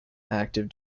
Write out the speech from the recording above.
active